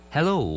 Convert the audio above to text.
Hello